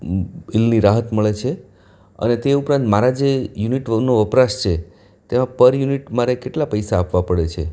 બિલની રાહત મળે છે અને તે ઉપરાંત મારા જે યુનિટનો વપરાશ છે તેમાં પર યુનિટ મારે કેટલા પૈસા આપવા પડે છે